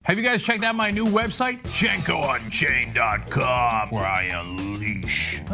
have you guys checked out my new website? cenkounchained dot com where i unleash.